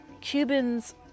Cubans